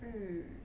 mm